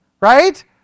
right